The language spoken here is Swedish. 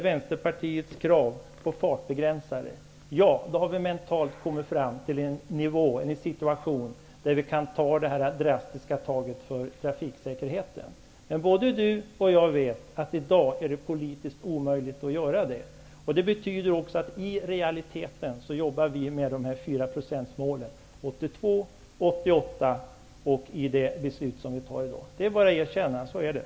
Vänsterpartiets krav om fartbegränsare har vi mentalt kommit fram till en situation där vi kan ta det här drastiska steget när det gäller trafiksäkerheten. Men både Max Montalvo och jag vet att det i dag är politiskt omöjligt att göra det. Det betyder också att vi i realiteten jobbar med målet om en sänkning med 4 %. Det gjorde vi 1982, 1988 och det gör vi i det beslut som kommer att fattas i dag. Så är det, det är bara att erkänna.